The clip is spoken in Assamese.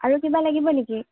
আৰু কিবা লাগিব নেকি